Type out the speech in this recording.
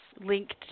linked